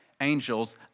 Angels